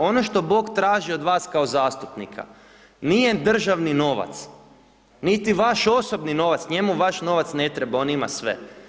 Ono što Bog traži od vas kao zastupnika, nije državni novac niti vaš osobni novac, njemu vaš novac ne treba, on ima sve.